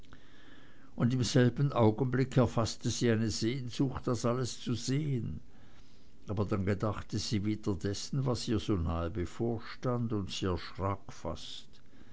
und im augenblick erfaßte sie eine sehnsucht das alles zu sehen aber dann gedachte sie wieder dessen was ihr so nahe bevorstand und sie erschrak fast